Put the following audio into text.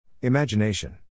Imagination